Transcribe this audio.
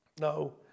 No